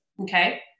Okay